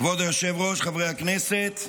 כבוד היושב-ראש, חברי הכנסת,